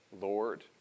Lord